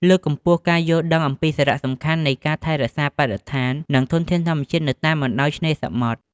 លើកកម្ពស់ការយល់ដឹងអំពីសារៈសំខាន់នៃការថែរក្សាបរិស្ថាន និងធនធានធម្មជាតិនៅតាមបណ្ដោយឆ្នេរសមុទ្រ។